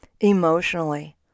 emotionally